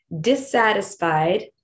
dissatisfied